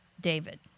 David